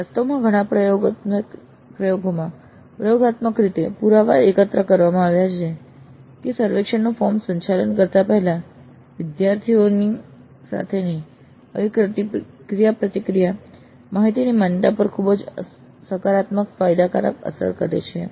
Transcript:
વાસ્તવમાં ઘણા પ્રયોગોમાં પ્રયોગાત્મક રીતે પુરાવા એકત્ર કરવામાં આવ્યા છે કે સર્વેક્ષણ ફોર્મનું સંચાલન કરતા પહેલા વિદ્યાર્થીઓ સાથેની આવી ક્રિયાપ્રતિક્રિયા માહિતીની માન્યતા પર ખૂબ જ સકારાત્મક ફાયદાકારક અસર થાય છે